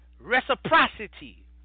Reciprocity